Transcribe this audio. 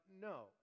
no